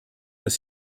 das